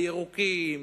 הירוקים,